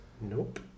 Nope